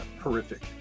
horrific